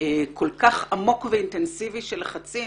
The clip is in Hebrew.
כל כך עמוק ואינטנסיבי של לחצים